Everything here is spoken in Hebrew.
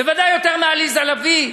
בוודאי יותר מעליזה לביא,